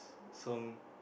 song